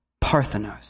Parthenos